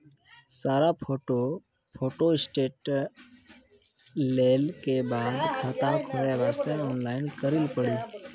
सारा photo photostat लेल के बाद खाता खोले वास्ते ऑनलाइन करिल पड़ी?